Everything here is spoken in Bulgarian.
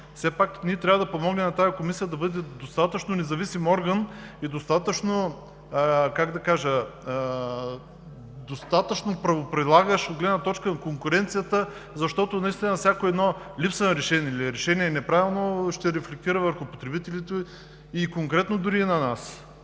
излишна. Ние трябва да помогнем на тази Комисия да бъде достатъчно независим орган и достатъчно правоприлагащ от гледна точка на конкуренцията, защото всяка липса на решение или неправилно решение ще рефлектира върху потребителите и конкретно дори на нас